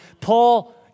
Paul